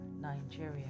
Nigeria